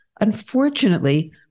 Unfortunately